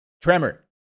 Tremor